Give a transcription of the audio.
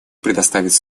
предоставить